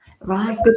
Right